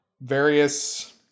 Various